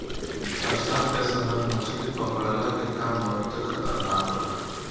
बरसात के समय मछली पकड़ला के काम बहुते खतरनाक होला